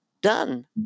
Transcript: done